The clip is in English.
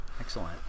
Excellent